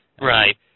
Right